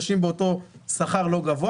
נשים עם שכר לא גבוה.